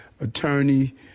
attorney